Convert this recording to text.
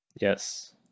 yes